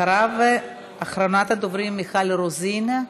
אחריו, אחרונת הדוברים, מיכל רוזין.